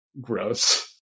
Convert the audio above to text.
Gross